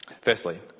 Firstly